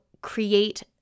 create